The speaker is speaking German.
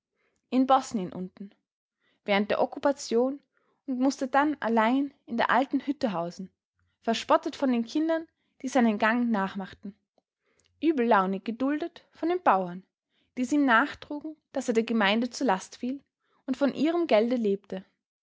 in bosnien unten während der okkupation und mußte dann allein in der alten hütte hausen verspottet von den kindern die seinen gang nachmachten übellaunig geduldet von den bauern die es ihm nachtrugen daß er der gemeinde zur last fiel und von ihrem gelde lebte